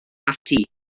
ati